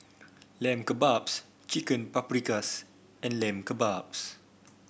Lamb Kebabs Chicken Paprikas and Lamb Kebabs